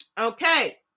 Okay